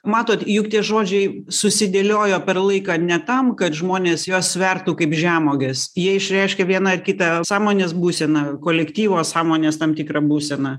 matot juk tie žodžiai susidėliojo per laiką ne tam kad žmonės juos svertų kaip žemuoges jie išreiškia vieną ar kitą sąmonės būseną kolektyvo sąmonės tam tikrą būseną